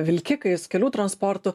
vilkikais kelių transportu